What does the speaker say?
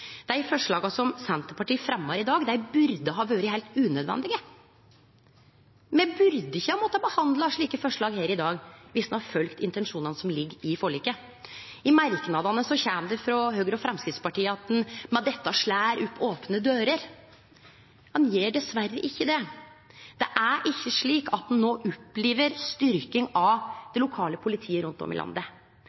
Dei forslaga som Senterpartiet fremjar i dag, burde ha vore heilt unødvendige. Me burde ikkje ha måtta behandle slike forslag her i dag viss ein hadde følgt intensjonane som ligg i forliket. I merknadene kjem det frå Høgre og Framstegspartiet at ein med dette slår opp opne dører. Ein gjer dessverre ikkje det. Det er ikkje slik at ein no opplever styrking av det lokale politiet rundt om i landet.